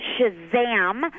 Shazam